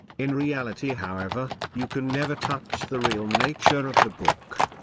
in reality however, you can never touch the real nature of the book.